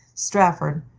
strafford,